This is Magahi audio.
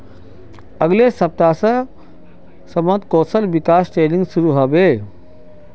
अगले सप्ताह स असमत कौशल विकास ट्रेनिंग शुरू ह बे